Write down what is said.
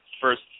first